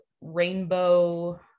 rainbow